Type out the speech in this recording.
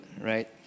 right